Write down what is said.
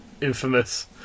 infamous